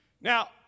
now